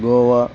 Goa